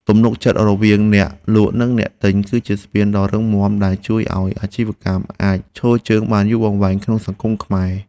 ទំនុកចិត្តរវាងអ្នកលក់និងអ្នកទិញ គឺជាស្ពានដ៏រឹងមាំដែលជួយឱ្យអាជីវកម្មអាចឈរជើងបានយូរអង្វែងក្នុងសង្គមខ្មែរ។